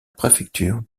préfecture